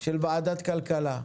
של ועדת כלכלה.